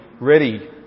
ready